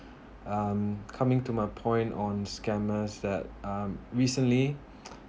um coming to my point on scammers that um recently